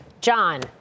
John